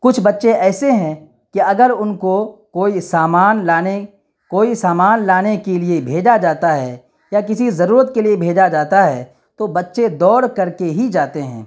کچھ بچے ایسے ہیں کہ اگر ان کو کوئی سامان لانے کوئی سامان لانے کے لیے بھیجا جاتا ہے یا کسی ضرورت کے لیے بھیجا جاتا ہے تو بچے دوڑ کر کے ہی جاتے ہیں